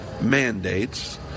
mandates